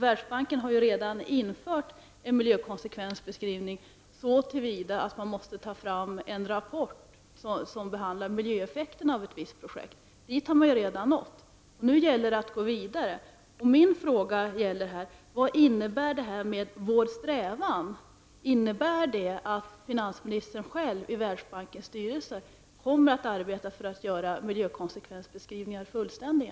Världsbanken har ju redan infört en miljökonsekvensbeskrivning så till vida att det måste tas fram en rapport som behandlar miljöeffekterna av ett visst projekt. Dit har man redan nått. Nu gäller att gå vidare. Min fråga blir här: Vad innebär det som finansministern säger om vår strävan? Innebär det att finansministern själv i Världsbankens styrelse kommer att arbeta för att göra miljökonsekvensbeskrivningar fullständiga?